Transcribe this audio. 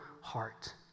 heart